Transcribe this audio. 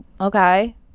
okay